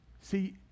See